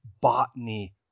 botany